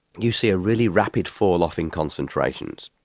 you see a really rapid fall-off in concentrations.